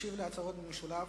ישיב על ההצעות במשולב